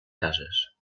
cases